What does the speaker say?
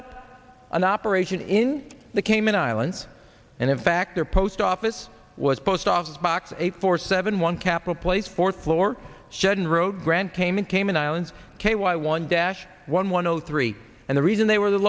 up an operation in the cayman islands and in fact their post office was post office box eight four seven one capitol plates fourth floor shedden road grand cayman cayman islands k y one dash one one zero three and the reason they were the